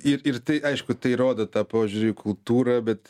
ir ir tai aišku tai rodo tą požiūrį į kultūrą bet